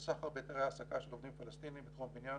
של סחר בהיתרי העסקה של עובדים פלסטינים בתחום הבניין